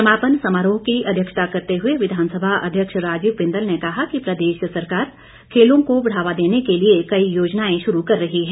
समापन समारोह की अध्यक्षता करते हुए विधानसभा अध्यक्ष राजीव बिंदल ने कहा कि प्रदेश सरकार खेलों को बढ़ावा देने के लिए कई योजनाएं शुरू कर रही है